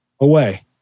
away